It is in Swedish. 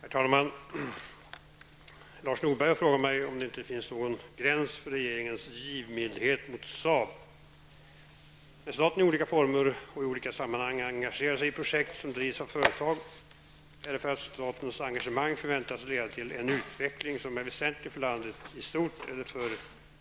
Herr talman! Lars Norberg har frågat mig om det inte finns någon gräns för regeringens givmildhet mot Saab. När staten i olika former och i olika sammanhang engagerar sig i projekt som drivs av företag är det för att statens engagemang förväntas leda till en utveckling som är väsentlig för landet i stort eller för